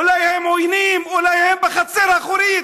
אולי הם עוינים, אולי הם בחצר האחורית,